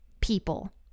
people